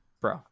Bro